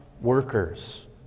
workers